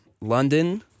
London